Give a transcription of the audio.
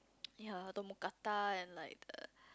ya the mookata and like the